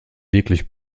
wirklich